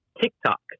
TikTok